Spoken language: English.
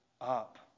up